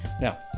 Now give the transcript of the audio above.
Now